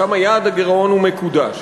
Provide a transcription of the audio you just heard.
כמה יעד הגירעון הוא מקודש,